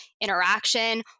interaction